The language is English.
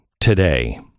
today